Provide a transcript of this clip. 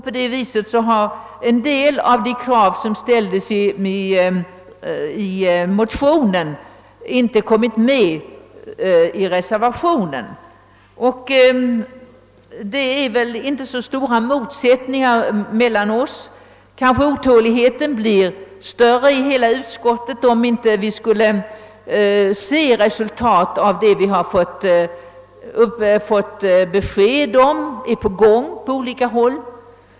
På det sättet har en del av de krav som ställts : motionerna inte tagits med i reserrationen. Motsättningarna mellan oss utskotts 1edamöter är väl inte så stora. Kanske otåligheten blir större hos alla utskottsledamöter om vi inte skulle se resultat av det arbete som — enligt erhållna besked — pågår på olika håll.